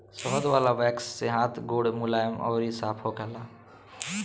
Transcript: शहद वाला वैक्स से हाथ गोड़ मुलायम अउरी साफ़ होखेला